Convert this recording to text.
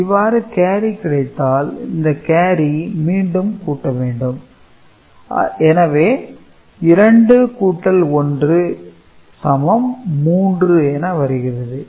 இவ்வாறு கேரி கிடைத்தால் அந்த கேரி மீண்டும் கூட்ட வேண்டும் எனவே 2 1 3 என வருகிறது